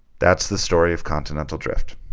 that's the story of continental drift,